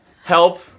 help